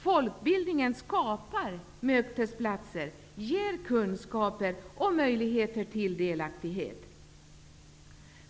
Folkbildningen skapar mötesplatser, ger kunskaper och möjligheter till delaktighet.